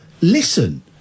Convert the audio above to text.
listen